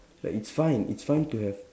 like it's fine it's fine to have